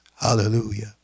Hallelujah